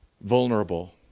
vulnerable